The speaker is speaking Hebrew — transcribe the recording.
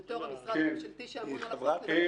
זה בתור המשרד הממשלתי שאמון על החוק הזה.